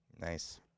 Nice